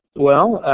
well,